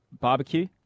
barbecue